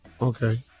Okay